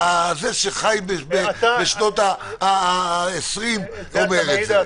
זה שחי בשנות העשרים אומר את זה.